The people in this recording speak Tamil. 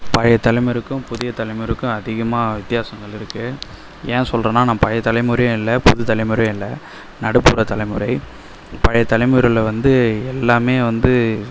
பழைய தலைமுறைக்கும் புதிய தலைமுறைக்கும் அதிகமாக வித்தியாசங்கள் இருக்கு ஏன் சொல்லுறேன்னா நான் பழைய தலைமுறையும் இல்லை புது தலைமுறையும் இல்லை நடுப்புற தலைமுறை பழைய தலைமுறையில் வந்து எல்லாமே வந்து